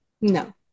no